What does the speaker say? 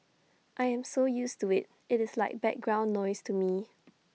I am so used to IT it is like background noise to me